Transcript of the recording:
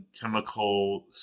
chemical